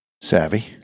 savvy